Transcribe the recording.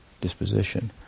disposition